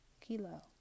kilo